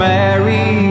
Mary